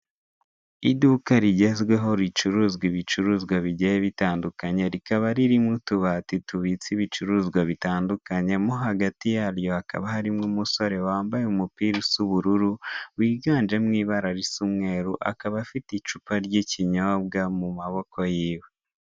Iduka rigezweho ricuruza ibicuruzwa bigiye bitandukanye rikaba ririmo utubati tubitse ibicuruzwa bitandukanye mo hagati yaryo hakaba harimo umusore wambaye umupira usa ubururu wiganjemo ibara risa umweru akaba afite icupa ry'ikinyombwa mu maboko yiwe.